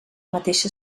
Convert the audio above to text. mateixa